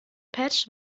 patch